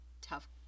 tough